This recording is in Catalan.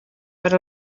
per